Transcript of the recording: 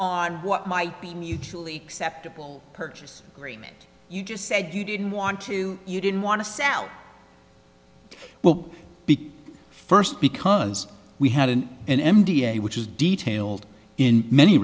on what might be mutually acceptable purchase agreement you just said you didn't want to you didn't want to sound well first because we hadn't and m d a which is detailed in many